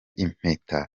impeta